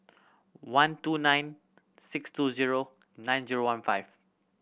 one two nine six two zero nine zero one five